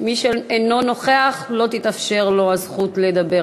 מי שאינו נוכח, לא תתאפשר לו הזכות לדבר.